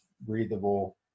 breathable